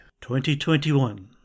2021